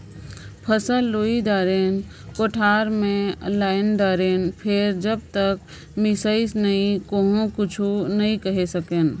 फसल लुई दारेन, कोठार मे लायन दारेन फेर जब तक मिसई नइ होही कुछु नइ केहे सकन